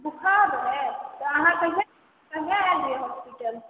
बुखार अइ अहाँ कहिया आबि जायब होस्पीटल